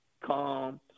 calm